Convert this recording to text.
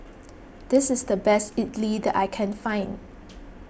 this is the best Idly that I can find